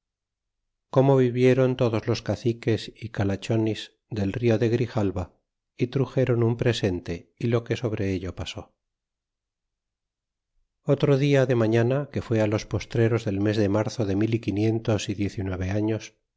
como vieron todos los caciques d calachonis del do de grijal ya y truxeron un presente y lo q ue sobre elle pul otro dia de mañana que fué los postreros del me de marzo de mil y quinientos y diez y nueve años